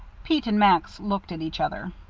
pete and max looked at each other.